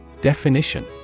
Definition